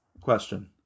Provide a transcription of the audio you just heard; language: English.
Question